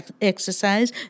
exercise